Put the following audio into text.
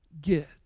Get